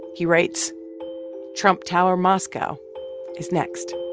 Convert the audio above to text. he writes trump tower moscow is next